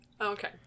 okay